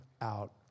out